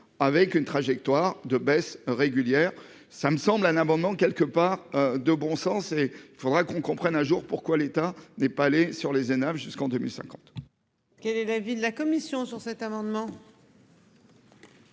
avec une trajectoire de baisse régulière, ça me semble un amendement quelque part de bon sens et il faudra qu'on comprenne un jour pourquoi l'État n'est pas allé sur les jusqu'en 2050.